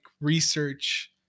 research